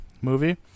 movie